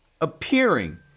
appearing